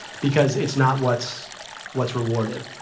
because it's not what's what's rewarded.